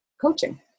coaching